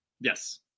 Yes